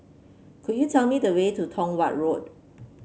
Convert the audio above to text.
could you tell me the way to Tong Watt Road